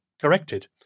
corrected